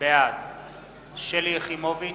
בעד שלי יחימוביץ,